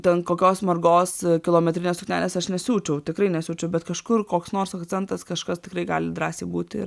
ten kokios margos kilometrinės suknelės aš nesiūčiau tikrai nesiūčiau bet kažkur koks nors akcentas kažkas tikrai gali drąsiai būti